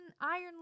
iron